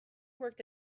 worked